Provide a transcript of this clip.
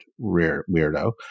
weirdo